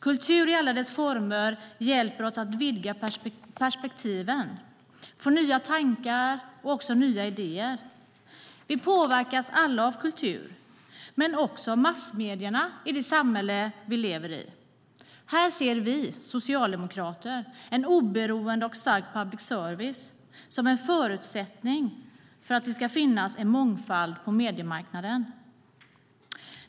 Kultur i alla dess former hjälper oss att vidga perspektiven, få nya tankar och nya idéer. Vi påverkas alla av kulturen men också av massmedierna i det samhälle vi lever i. Här ser vi socialdemokrater en oberoende och stark public service som en förutsättning för att det ska finnas en mångfald på mediemarknaden.